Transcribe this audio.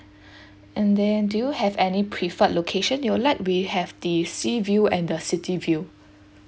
and then do you have any preferred location you would like we have the sea view and the city view